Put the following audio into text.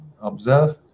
observe